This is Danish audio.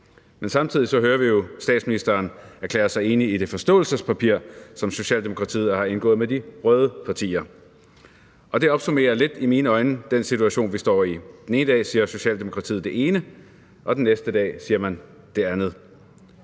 men samtidig hører vi jo statsministeren erklære sig enig i det forståelsespapir, som Socialdemokratiet har indgået med de røde partier. Og det opsummerer lidt i mine øjne den situation, vi står i: Den ene dag siger Socialdemokratiet det ene, og den næste dag siger man det andet.